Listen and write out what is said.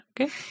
okay